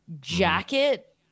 jacket